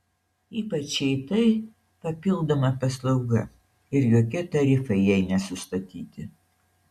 ypač jei tai papildoma paslauga ir jokie tarifai jai nesustatyti